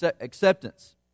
acceptance